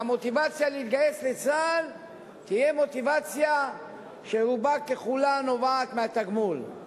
והמוטיבציה להתגייס לצה"ל תהיה מוטיבציה שרובה ככולה נובעת מהתגמול.